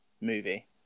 movie